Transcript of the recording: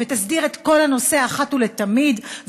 ותסדיר את כל הנושא אחת ולתמיד,